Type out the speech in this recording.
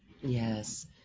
Yes